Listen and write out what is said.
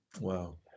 Wow